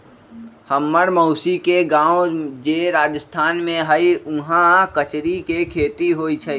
हम्मर मउसी के गाव जे राजस्थान में हई उहाँ कचरी के खेती होई छई